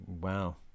Wow